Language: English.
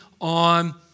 on